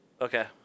Okay